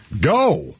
go